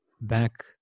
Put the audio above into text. back